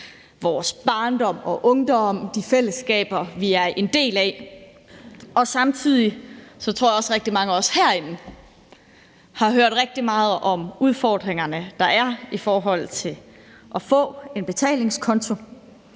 vores barndom og ungdom og de fællesskaber, vi er en del af. Samtidig tror jeg også, at rigtig mange af os herinde har hørt rigtig meget om udfordringerne, der er med at få en betalingskonto.